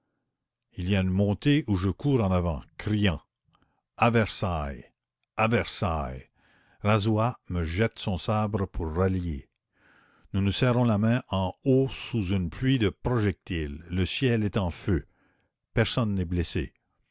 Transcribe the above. il y a une montée où je cours en avant criant a versailles à versailles razoua me jette son sabre pour rallier nous nous serrons la main en haut sous une pluie de projectiles le ciel est en feu personne n'est blessé